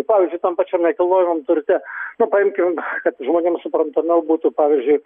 pavyzdžiui tam pačiam nekilnojamam turte nu paimkim kad žmonėm suprantamiau būtų pavyzdžiui